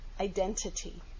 identity